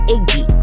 Iggy